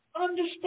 understand